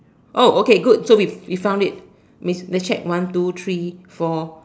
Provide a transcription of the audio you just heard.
oh okay good so we we found it let me check one two three four